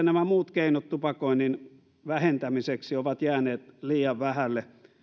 nämä muut keinot tupakoinnin vähentämiseksi ovat jääneet liian vähälle